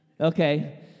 Okay